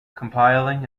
compiling